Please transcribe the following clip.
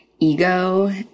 ego